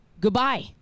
goodbye